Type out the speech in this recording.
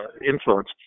influence